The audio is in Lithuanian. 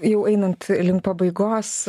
jau einant link pabaigos